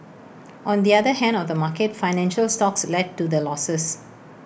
on the other hand of the market financial stocks led to the losses